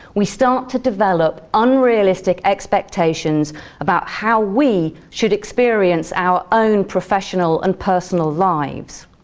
we start to develop unrealistic expectations about how we should experience our own professional and personal lives.